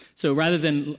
so rather than